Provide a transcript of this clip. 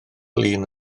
lun